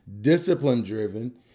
Discipline-driven